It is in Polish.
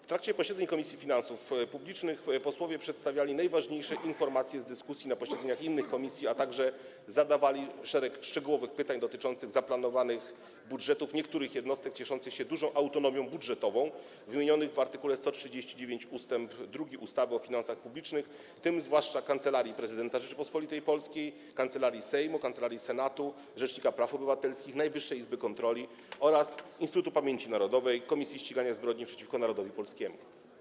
W trakcie posiedzeń Komisji Finansów Publicznych posłowie przedstawiali najważniejsze informacje z dyskusji na posiedzeniach innych komisji, a także zadawali szereg szczegółowych pytań dotyczących zaplanowanych budżetów niektórych jednostek cieszących się dużą autonomią budżetową, wymienionych w art. 139 ust. 2 ustawy o finansach publicznych, w tym zwłaszcza Kancelarii Prezydenta Rzeczypospolitej Polskiej, Kancelarii Sejmu, Kancelarii Senatu, rzecznika praw obywatelskich, Najwyższej Izby Kontroli oraz Instytutu Pamięci Narodowej - Komisji Ścigania Zbrodni przeciwko Narodowi Polskiemu.